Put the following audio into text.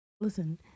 Listen